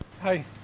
Hi